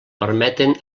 permeten